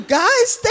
guys